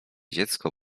dziecko